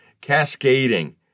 cascading